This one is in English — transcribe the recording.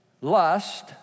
lust